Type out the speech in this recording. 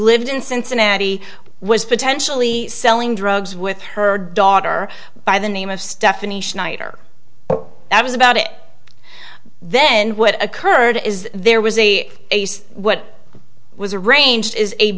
lived in cincinnati was potentially selling drugs with her daughter by the name of stephanie schneider that was about it then what occurred is there was a what was arranged is a